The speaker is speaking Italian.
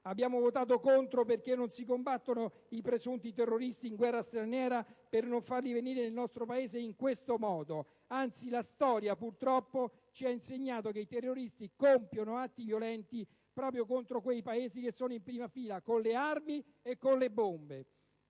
Abbiamo votato contro perché non si combattono i presunti terroristi in guerra straniera per non farli venire nel nostro Paese in questo modo. Anzi, la storia, purtroppo, ci ha insegnato che i terroristi compiono atti violenti proprio contro quei Paesi che sono in prima fila con le armi e con le bombe.